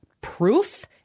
proof